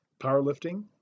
powerlifting